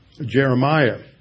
Jeremiah